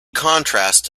contrast